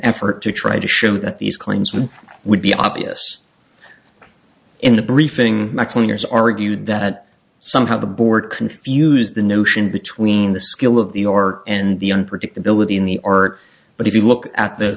effort to try to show that these claims were would be obvious in the briefing leaders argued that somehow the board confused the notion between the scale of the or and the unpredictability in the art but if you look at the